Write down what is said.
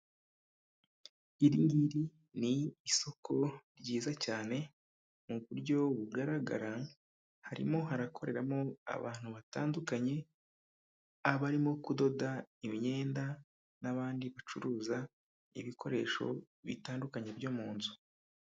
Iri ngiri ni isoko ryiza cyane mu buryo bugaragara harimo harakoreramo abantu batandukanye, abarimo kudoda imyenda n'abandi bacuruza ibikoresho bitandukanye byo mu nzu.